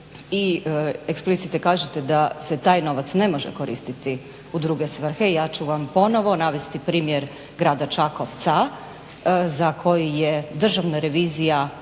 i eksplicite kažete da se taj novac ne može koristiti u druge svrhe ja ću vam ponovno navesti primjer grada Čakovca za koji je Državna revizija